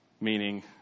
Meaning